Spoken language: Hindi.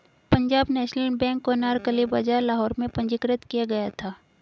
पंजाब नेशनल बैंक को अनारकली बाजार लाहौर में पंजीकृत किया गया था